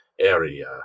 Area